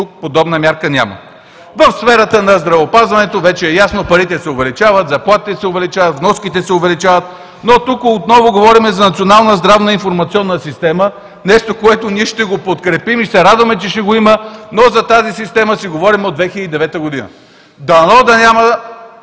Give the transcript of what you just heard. тук подобна мярка няма. В сферата на здравеопазването вече е ясно – парите се увеличават, заплатите се увеличават, вноските се увеличават, но тук отново говорим за национална здравна информационна система. Нещо, което ние ще го подкрепим и се радваме, че ще го има, но за тази система си говорим от 2009 г. Дано тол